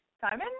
Simon